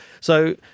So-